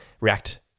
react